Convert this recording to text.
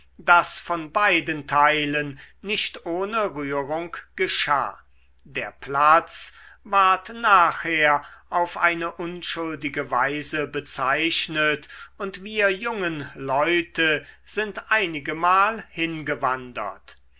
das von beiden teilen nicht ohne rührung geschah der platz ward nachher auf eine unschuldige weise bezeichnet und wir jungen leute sind einigemal hingewandert